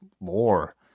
lore